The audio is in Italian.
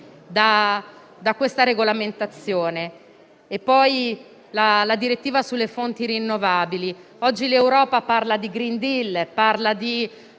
da questa regolamentazione. C'è poi la direttiva sulle fonti rinnovabili: oggi l'Europa parla di *green deal*, di